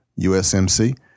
USMC